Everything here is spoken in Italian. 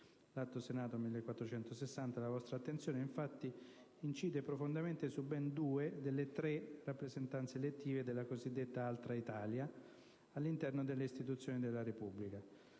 L'Atto Senato 1460 alla vostra attenzione, infatti, incide profondamente su ben due delle tre rappresentanze elettive della cosiddetta "Altra Italia" all'interno delle istituzioni della Repubblica